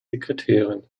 sekretärin